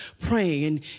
praying